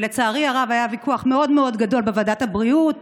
לצערי הרב היה ויכוח מאוד גדול בוועדת הבריאות